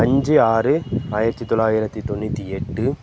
அஞ்சு ஆறு ஆயிரத்தி தொள்ளாயிரத்தி தொண்ணூற்றி எட்டு